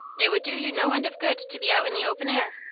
it would do you no end of good to be out in the open air.